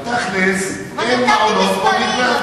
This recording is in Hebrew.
בתכל'ס אין מעונות,